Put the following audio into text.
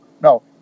no